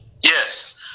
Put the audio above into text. Yes